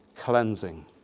cleansing